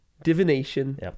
divination